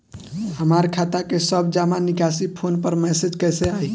हमार खाता के सब जमा निकासी फोन पर मैसेज कैसे आई?